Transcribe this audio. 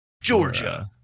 georgia